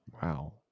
Wow